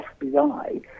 FBI